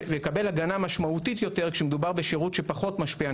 ולקבל הגנה משמעותית יותר כשמדובר בשירות שפחות משפיע,